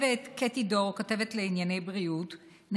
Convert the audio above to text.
אין מתנגדים, אין נמנעים.